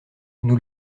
nous